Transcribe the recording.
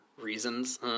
reasons